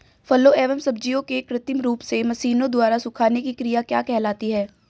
फलों एवं सब्जियों के कृत्रिम रूप से मशीनों द्वारा सुखाने की क्रिया क्या कहलाती है?